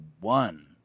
one